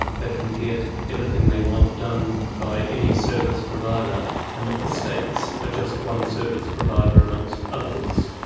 they can get anything they want done by any service provider and that the states are just one service provider amongst others.